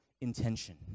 intention